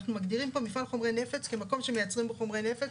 אנחנו מגדירים פה מפעל חומרי נפץ כמקום שמייצרים בו חומרי נפץ,